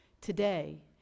Today